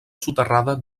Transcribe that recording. soterrada